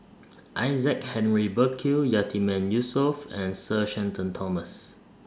Isaac Henry Burkill Yatiman Yusof and Sir Shenton Thomas